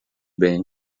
bem